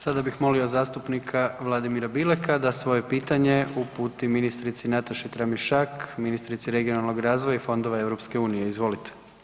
Sada bih molio zastupnika Vladimira Bileka da svoje pitanje uputi ministrici Nataši Tramišak, ministrici regionalnog razvoja i fondova EU, izvolite.